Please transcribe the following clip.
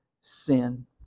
sin